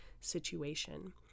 situation